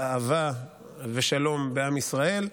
אהבה ושלום בעם ישראל,